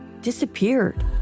disappeared